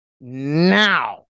now